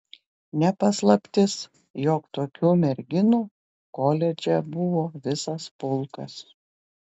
ne paslaptis jog tokių merginų koledže buvo visas pulkas